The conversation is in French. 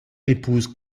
épouse